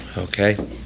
Okay